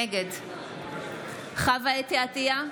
נגד חוה אתי עטייה,